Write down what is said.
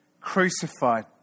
crucified